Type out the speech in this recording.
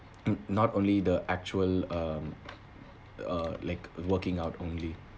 mm not only the actual um uh like working out only